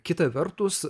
kita vertus